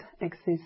exist